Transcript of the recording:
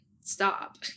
stop